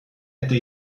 eta